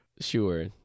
sure